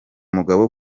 mugabo